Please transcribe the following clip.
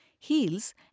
Heels